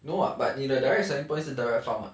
no lah but 你的 direct samples 是 direct farm ah